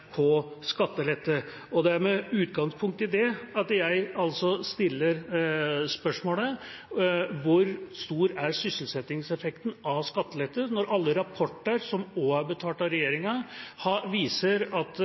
på skattelette. Det er med utgangspunkt i det jeg stiller spørsmålet: Hvor stor er sysselsettingseffekten av skattelette når alle rapporter, også de som er betalt av regjeringa, viser at